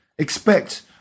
Expect